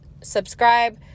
Subscribe